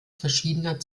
verschiedener